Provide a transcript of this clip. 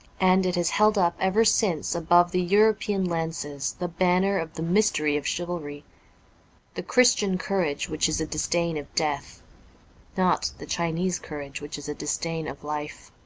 and it has held up ever since above the european lances the banner of the mystery of chivalry the christian courage which is a disdain of death not the chinese courage which is a disdain of life.